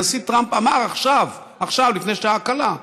הנשיא טראמפ אמר עכשיו, עכשיו, לפני שעה קלה,